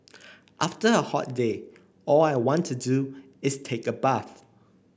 after a hot day all I want to do is take a bath